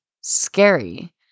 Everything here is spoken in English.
scary